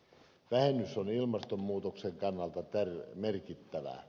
vähennys on ilmastonmuutoksen kannalta merkittävä